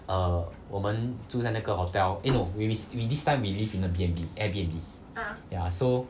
err 我们住在那个 hotel eh no we this time we live in the B&B Airbnb ya so